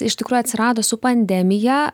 iš tikrųjų atsirado su pandemija